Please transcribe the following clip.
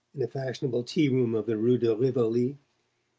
in a fashionable tea-room of the rue de rivoli,